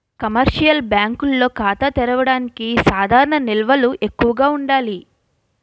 commercial బ్యాంకుల్లో ఖాతా తెరవడానికి సాధారణ నిల్వలు ఎక్కువగా ఉండాలి